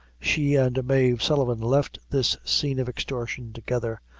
she and mave sullivan left this scene of extortion together,